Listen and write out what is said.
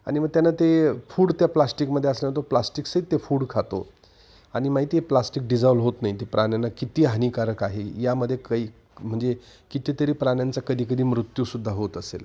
आणि मग त्यांना ते फूड त्या प्लास्टिकमध्ये असल्या तो प्लास्टिकसहित ते फूड खातो आणि माहिती आहे प्लास्टिक डिझाल्व होत नाही ते प्राण्यांना किती हानिकारक आहे यामध्ये काही म्हणजे कितीतरी प्राण्यांचा कधी कधी मृत्यूसुद्धा होत असेल